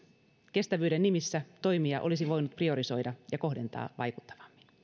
kestävyyden nimissä toimia olisi voinut priorisoida ja kohdentaa vaikuttavammin